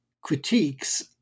critiques